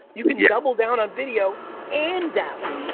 you can yeah double down on video and dabble.